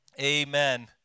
Amen